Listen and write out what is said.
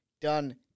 done